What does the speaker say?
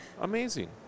Amazing